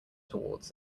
towards